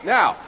Now